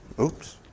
Oops